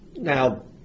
Now